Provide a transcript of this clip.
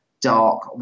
dark